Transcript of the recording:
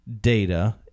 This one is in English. data